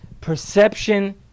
Perception